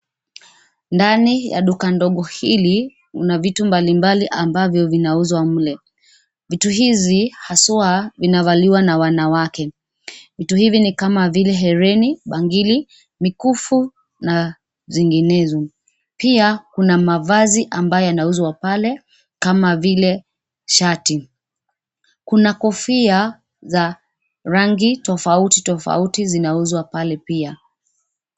Ndani ya duka ndogo hili, kuna vitu mbalimbali ambavyo vinauzwa mle. vitu hizi haswa vinavaliwa na wanawake, vitu hivi ni kama vile hereni, bangili, mikufu na zinginezo. Pia, kuna mavazi ambayo yanauzwa pale kama vile shati. Kuna kofia za rangi tofauti tofauti zinauzwa pale pia.